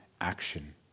action